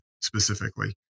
specifically